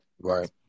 right